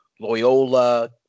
Loyola